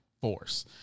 Force